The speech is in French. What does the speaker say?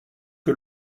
que